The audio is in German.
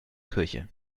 kirche